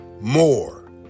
More